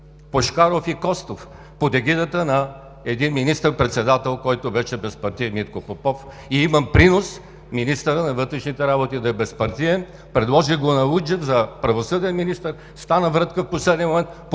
Пушкаров и Костов под егидата на един министър-председател, който беше безпартиен – Митко Попов, и имам принос министърът на вътрешните работи да е безпартиен. Предложих го на Луджев за правосъден министър, стана врътка в последния момент,